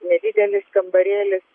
nedidelis kambarėlis